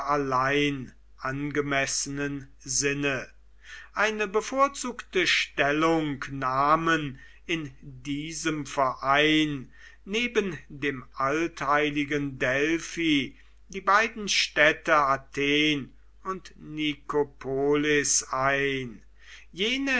allein angemessenen sinne eine bevorzugte stellung nahmen in diesem verein neben dem altheiligen delphi die beiden städte athen und nikopolis ein jene